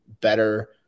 better